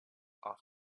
off